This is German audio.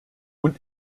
und